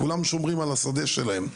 כולם שומרים על השדה שלהם.